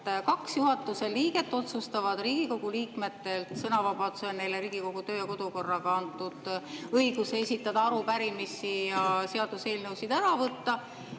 Kaks juhatuse liiget otsustavad Riigikogu liikmetelt sõnavabaduse, neile Riigikogu kodu‑ ja töökorraga antud õiguse esitada arupärimisi ja seaduseelnõusid ära võtta